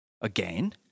Again